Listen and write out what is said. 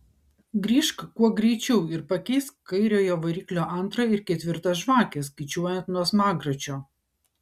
grįžk kuo greičiau ir pakeisk kairiojo variklio antrą ir ketvirtą žvakę skaičiuojant nuo smagračio